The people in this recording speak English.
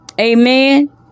Amen